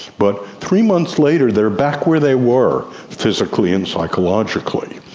but three months later they are back where they were, physically and psychologically,